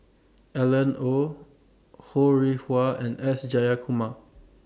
Alan Oei Ho Rih Hwa and S Jayakumar